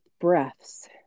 breaths